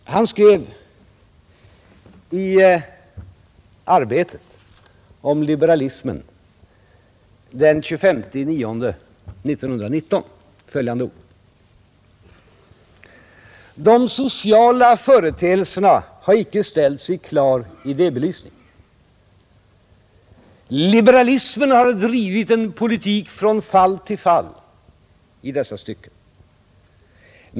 Han skrev i Arbetet den 25/9 1919 följande ord om liberalismen: ”De sociala företeelserna ha icke ställts i klar idébelysning. Liberalism har drivit en politik ”från fall till fall” i dessa stycken.